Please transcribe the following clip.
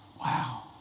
Wow